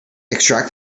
extract